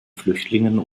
flüchtlingen